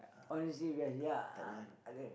honesty is the best ya and then